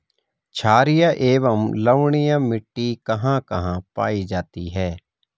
छारीय एवं लवणीय मिट्टी कहां कहां पायी जाती है?